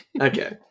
Okay